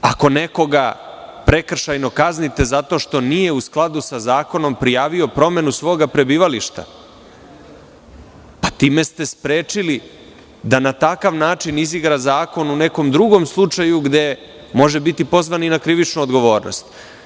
Ako nekoga prekršajno kaznite zato što nije u skladu sa zakonom prijavio promenu svoga prebivališta, time ste sprečili da na takav način izigra zakon u nekom drugom slučaju gde može biti pozvan i na krivičnu odgovornost.